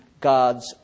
God's